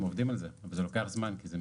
הם עובדים על זה אבל זה לוקח זמן כי זה.